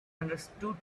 understood